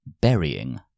burying